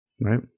Right